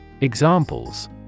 Examples